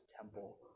temple